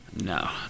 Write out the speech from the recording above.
No